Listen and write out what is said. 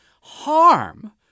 harm